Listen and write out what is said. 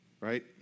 right